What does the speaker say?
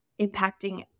impacting